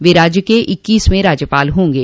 वह राज्य के इक्कीसवें राज्यपाल हा गे